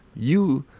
you,